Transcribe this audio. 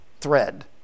thread